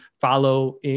follow